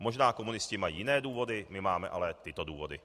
Možná komunisté mají jiné důvody, my máme ale tyto důvody.